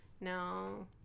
no